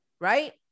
Right